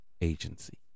agency